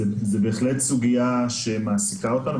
זו בהחלט סוגיה שמעסיקה אותנו,